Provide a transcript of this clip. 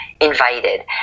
invited